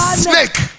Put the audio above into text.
snake